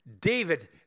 David